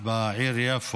בעיר יפו.